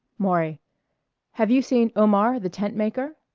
maury have you seen omar, the tentmaker?